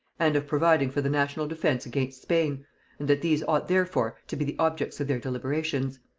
and of providing for the national defence against spain and that these ought therefore to be the objects of their deliberations.